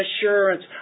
assurance